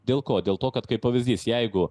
dėl ko dėl to kad kaip pavyzdys jeigu